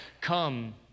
come